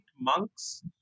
monks